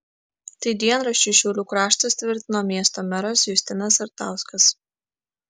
tai dienraščiui šiaulių kraštas tvirtino miesto meras justinas sartauskas